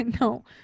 No